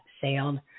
sailed